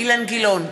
אילן גילאון,